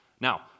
Now